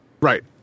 Right